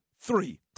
three